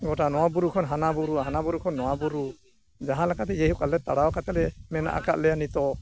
ᱜᱳᱴᱟ ᱱᱚᱣᱟ ᱵᱩᱨᱩ ᱠᱷᱚᱱ ᱦᱟᱱᱟ ᱵᱩᱨᱩ ᱦᱟᱱᱟ ᱵᱩᱨᱩ ᱠᱷᱚᱱ ᱱᱚᱣᱟ ᱵᱩᱨᱩ ᱡᱟᱦᱟᱸ ᱞᱮᱠᱟᱛᱮ ᱡᱟᱭᱦᱳᱠ ᱟᱞᱮ ᱛᱟᱲᱟᱣ ᱠᱟᱛᱮᱫ ᱞᱮ ᱢᱮᱱᱟᱜ ᱟᱠᱟᱫ ᱞᱮᱭᱟ ᱱᱤᱛᱳᱜ